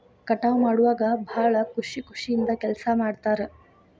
ಕಟಾವ ಮಾಡುವಾಗ ಭಾಳ ಖುಷಿ ಖುಷಿಯಿಂದ ಕೆಲಸಾ ಮಾಡ್ತಾರ